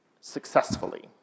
successfully